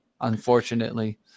unfortunately